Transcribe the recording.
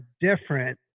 different